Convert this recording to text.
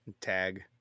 tag